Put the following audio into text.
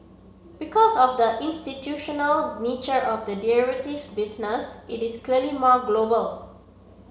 because of the institutional nature of the derivatives business it is clearly more global